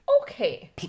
Okay